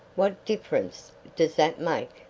what difference does that make?